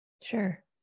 Sure